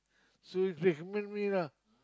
so it break evenly lah